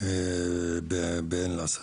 בעין אל-אסד.